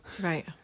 right